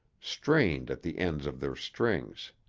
strained at the ends of their strings.